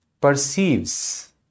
perceives